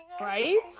right